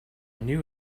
knew